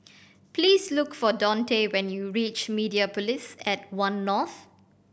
please look for Donte when you reach Mediapolis at One North